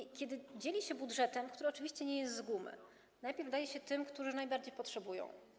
I kiedy dzieli się budżetem, który oczywiście nie jest z gumy, najpierw daje się tym, którzy najbardziej potrzebują.